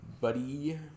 buddy